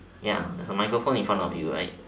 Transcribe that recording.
ya there is a microphone in front of you right